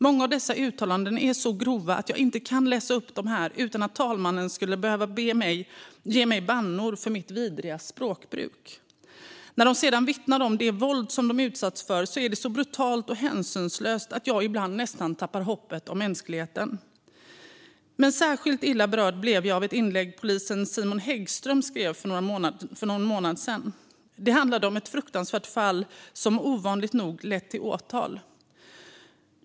Många av dessa uttalanden är så grova att jag inte kan läsa upp dem här utan att talmannen skulle behöva ge mig bannor för mitt vidriga språkbruk. Det våld som offren vittnar om att de utsätts är så brutalt och hänsynslöst att jag ibland nästan tappar hoppet om mänskligheten. Särskilt illa berörd blev jag av ett inlägg som polisen Simon Häggström skrev om för någon månad sedan. Det handlade om ett fruktansvärt fall som ovanligt nog lett till åtal.